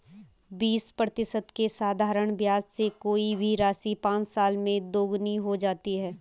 बीस प्रतिशत के साधारण ब्याज से कोई भी राशि पाँच साल में दोगुनी हो जाती है